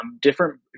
different